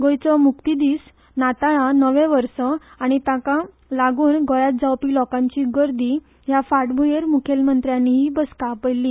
गोंयचो मुक्तीदीस नातलां नवें वर्स आनी ताका लागून गोंयांत जावपी लोकांची गर्दी हे फाटभुंयेर मुखेलमंत्र्यान ही बसका आपयिल्ली